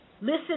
Listen